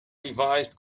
revised